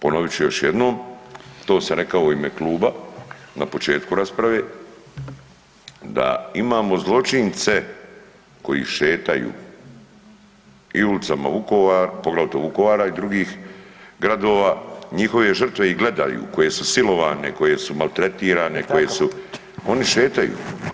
Ponovit ću još jednom, to sam rekao i u ime kluba, na početku rasprave, da imamo zločince koji šetaju i ulicama Vukovara, poglavito Vukovara i drugih gradova, njihove žrtve ih gledaju koje su silovane, koje su maltretirane, koje su, oni šetaju.